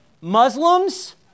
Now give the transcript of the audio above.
Muslims